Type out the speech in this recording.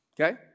okay